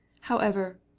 However